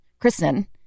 Kristen